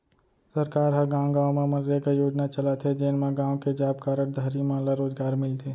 सरकार ह गाँव गाँव म मनरेगा योजना चलाथे जेन म गाँव के जॉब कारड धारी मन ल रोजगार मिलथे